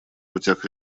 путях